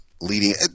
leading